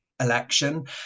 election